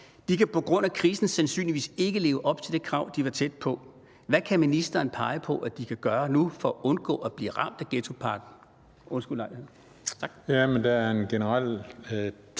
De kan på grund af krisen sandsynligvis ikke leve op til det krav, de var tæt på at opfylde. Hvad kan ministeren pege på de kan gøre nu for at undgå at blive ramt af ghettopakken?